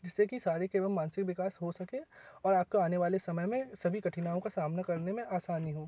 जिससे कि शारीरिक एवं मानसिक विकास हो सके और आपको आने वाले समय में सभी कठिनाईयों का सामना करने में आसानी हो